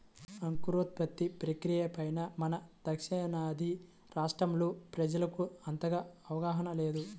అంకురోత్పత్తి ప్రక్రియ పైన మన దక్షిణాది రాష్ట్రాల్లో ప్రజలకు అంతగా అవగాహన లేదు